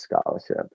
scholarship